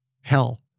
Hell